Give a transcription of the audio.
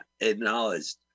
acknowledged